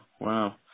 wow